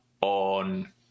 on